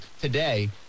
today